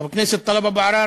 חבר הכנסת טלב אבו עראר,